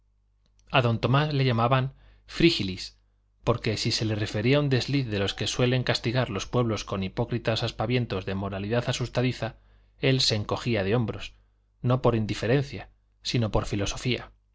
a don tomás le llamaban frígilis porque si se le refería un desliz de los que suelen castigar los pueblos con hipócritas aspavientos de moralidad asustadiza él se encogía de hombros no por indiferencia sino por filosofía